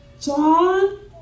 John